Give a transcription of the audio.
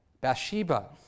Bathsheba